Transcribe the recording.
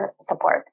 support